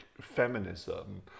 feminism